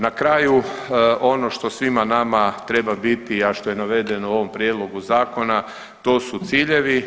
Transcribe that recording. Na kraju ono to svima nama treba biti, a što je navedeno u ovom prijedlogu zakona to su ciljevi.